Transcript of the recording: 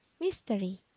mystery